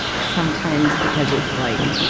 sometimes because it's like,